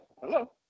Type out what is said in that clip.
Hello